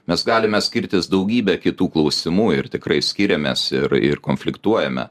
mes galime skirtis daugybę kitų klausimų ir tikrai skiriamės ir ir konfliktuojame